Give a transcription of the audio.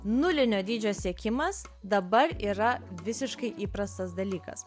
nulinio dydžio siekimas dabar yra visiškai įprastas dalykas